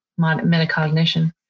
metacognition